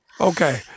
Okay